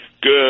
Good